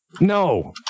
No